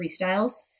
freestyles